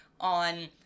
on